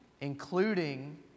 including